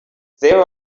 there